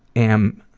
am